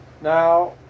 now